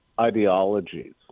ideologies